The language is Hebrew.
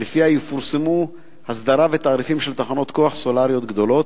שלפיה יפורסמו הסדרה ותעריפים של תחנות כוח סולריות גדולות.